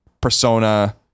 Persona